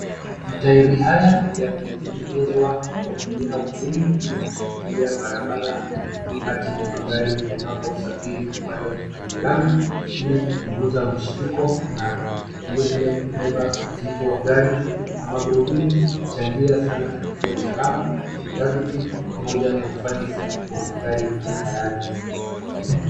Matairi haya yametengenezwa kwa mpira mgumu ili kushikilia barabara wakati magari yanaposafiri pale kwenye lami, ili kupunguza mshtuko na vilevile kubeba uzito wa gari na magurudumu huchangia sana katika usalama, udhabiti, pamoja na ufanisi wa magari barabarani.